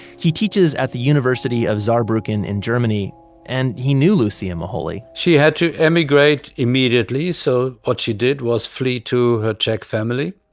he teaches at the university of saarbrucken in germany and he knew lucia moholy she had to emigrate immediately. so what she did was flee to her czec family.